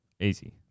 Easy